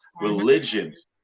religions